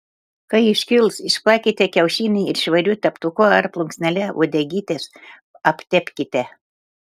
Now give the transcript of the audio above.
kai iškils išplakite kiaušinį ir švariu teptuku ar plunksnele uodegytes aptepkite